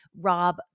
Rob